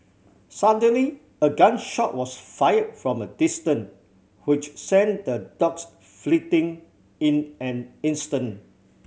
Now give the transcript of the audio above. suddenly a gun shot was fired from a distant which sent the dogs fleeting in an instant